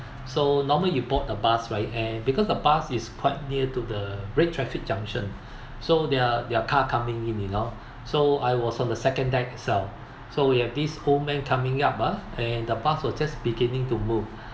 so normally you board a bus right and because the bus is quite near to the red traffic junction so there're there're car coming in you know so I was on the second deck itself so we have this old man coming up ah and the bus will just beginning to move